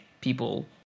people